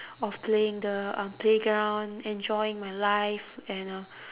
of playing the um playground enjoying my life and uh